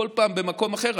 בכל פעם במקום אחר,